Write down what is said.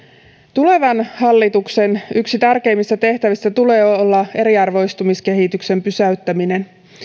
tulevan hallituksen yksi tärkeimmistä tehtävistä tulee olla eriarvoistumiskehityksen pysäyttäminen